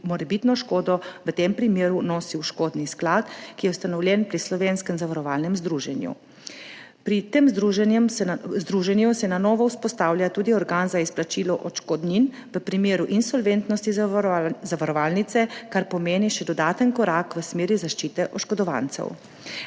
morebitno škodo bi v tem primeru nosil škodni sklad, ki je ustanovljen pri Slovenskem zavarovalnem združenju. Pri tem združenem združenju se na novo vzpostavlja tudi organ za izplačilo odškodnin v primeru insolventnosti zavarovalnice, kar pomeni še dodaten korak v smeri zaščite oškodovancev.